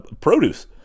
produce